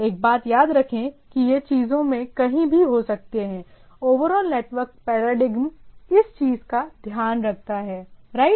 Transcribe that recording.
एक बात याद रखें कि यह चीजों में कहीं भी हो सकती है ओवरऑल नेटवर्किंग पैराडिग्म इस चीज का ध्यान रखता है राइट